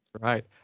Right